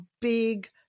big